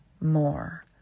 more